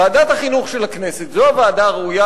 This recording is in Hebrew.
ועדת החינוך של הכנסת זו הוועדה הראויה,